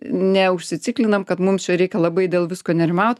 neužsiciklinam kad mums čia reikia labai dėl visko nerimaut